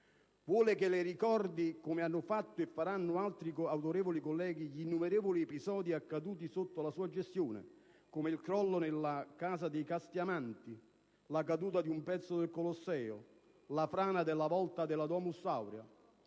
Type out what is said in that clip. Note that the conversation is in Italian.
Vuole che le ricordi, come hanno fatto e faranno altri autorevoli colleghi, gli innumerevoli episodi accaduti sotto la sua gestione, come il crollo nella Casa dei casti amanti, la caduta di un pezzo del Colosseo, la frana della volta della *Domus aurea*?